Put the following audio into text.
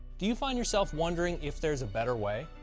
do you find yourself wondering if there's a better way?